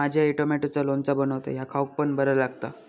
माझी आई टॉमॅटोचा लोणचा बनवता ह्या खाउक पण बरा लागता